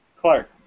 Clark